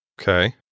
Okay